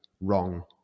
wrong